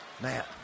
Man